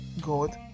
God